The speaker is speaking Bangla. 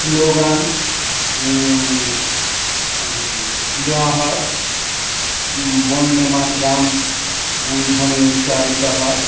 স্লোগান দেওয়া হয় বন্দেমাতরম ধ্বনি উচ্চারিত হয়